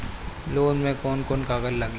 Loan में कौन कौन कागज लागी?